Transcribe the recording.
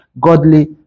godly